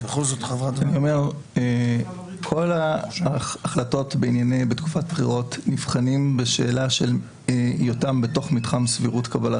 על ההלכה הפסוקה וכל שאלה של איזון בתוך מתחם הסבירות.